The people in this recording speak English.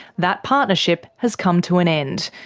that partnership has come to an end,